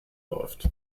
läuft